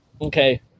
Okay